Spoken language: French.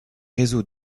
réseau